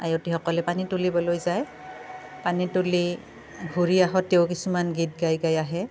আয়তীসকলে পানী তুলিবলৈ যায় পানী তুলি ঘূৰি আহোঁতেও কিছুমান গীত গাই গাই আহে